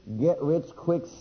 get-rich-quick